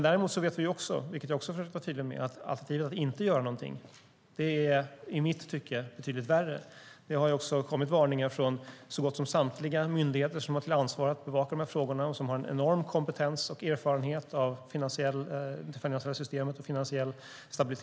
Däremot vet vi, vilket jag också har försökt vara tydlig med, att alternativet att inte göra någonting är betydligt värre - i alla fall i mitt tycke. Det har också kommit varningar från så gott som samtliga myndigheter som har som ansvar att bevaka dessa frågor och som har en enorm kompetens och erfarenhet av det finansiella systemet och finansiell stabilitet.